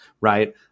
right